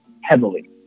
heavily